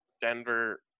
Denver